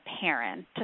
parent